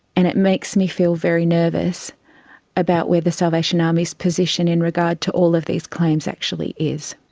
and it makes me feel very nervous about where the salvation army's position in regards to all of these claims actually is.